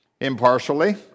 impartially